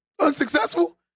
unsuccessful